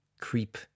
creep